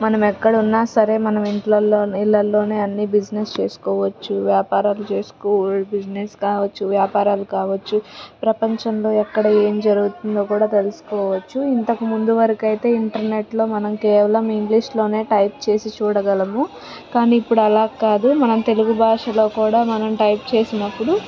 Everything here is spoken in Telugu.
మనం ఎక్కడ ఉన్న సరే మనం ఇంట్లల్లోనే ఇళ్లలోనే అన్ని బిజినెస్ చేసుకోవచ్చు వ్యాపారాలు చేసుకో బిజినెస్ కావచ్చు వ్యాపారాలు కావచ్చు ప్రపంచంలో ఎక్కడ ఏం జరుగుతుందో కూడా తెలుసుకోవచ్చు ఇంతకు ముందు వరకు అయితే ఇంటర్నెట్లో మనం కేవలం ఇంగ్లీష్లోనే టైప్ చేసి చూడగలము కానీ ఇప్పుడు అలా కాదు మన తెలుగు భాషలో కూడా మనం టైప్ చేసినప్పుడు